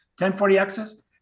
1040x's